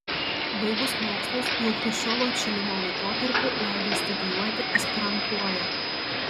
baigus mokslus jau chruščiovo atšilimo laikotarpiu leido studijuoti aspirantūroje